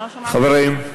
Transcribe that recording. חברים,